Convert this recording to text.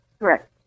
Correct